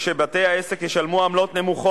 כפי שניתן להבין,